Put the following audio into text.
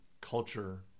culture